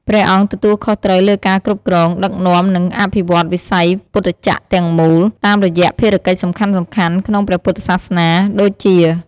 ព្រះអង្គទទួលខុសត្រូវលើការគ្រប់គ្រង ដឹកនាំ និងអភិវឌ្ឍវិស័យពុទ្ធចក្រទាំងមូល តាមរយៈភារកិច្ចសំខាន់ៗក្នុងព្រះពុទ្ធសាសនាដូចជា។